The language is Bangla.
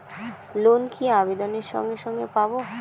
লোন কি আবেদনের সঙ্গে সঙ্গে পাব?